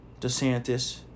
DeSantis